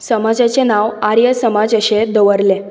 समाजाचें नांव आर्य समाज अशें दवरलें